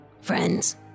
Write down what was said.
friends